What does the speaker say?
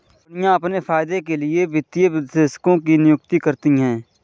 कम्पनियाँ अपने फायदे के लिए वित्तीय विश्लेषकों की नियुक्ति करती हैं